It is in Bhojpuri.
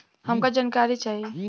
हमका जानकारी चाही?